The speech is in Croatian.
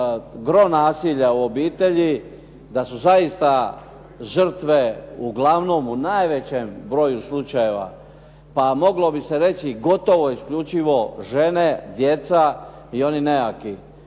gro nasilja u obitelji, da su zaista žrtve uglavnom u najvećem broju slučajeva, pa moglo bi se reći gotovo i isključivo žene, djeca i oni nejaki.